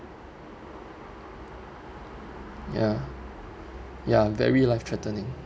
ya ya very life threatening